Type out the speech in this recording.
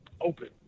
open